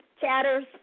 chatters